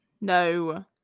No